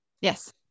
yes